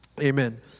amen